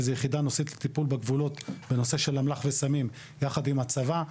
שזו יחידה נושאית לטיפול בגבולות בנושא של אמל"ח וסמים יחד עם הצבא.